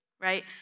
right